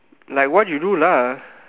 like what you do lah